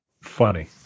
funny